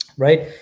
Right